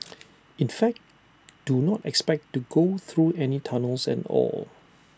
in fact do not expect to go through any tunnels at all